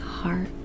heart